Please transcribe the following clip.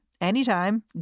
anytime